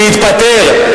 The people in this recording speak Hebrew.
שיתפטר,